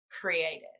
created